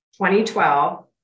2012